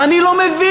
ואני לא מבין.